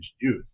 youth